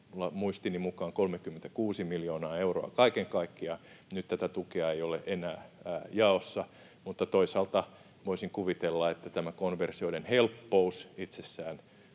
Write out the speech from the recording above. muistini mukaan 36 miljoonaa euroa kaiken kaikkiaan. Toisaalta voisin kuvitella, että tämä konversioiden helppous itsessään